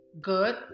good